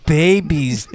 babies